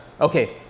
okay